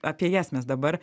apie jas mes dabar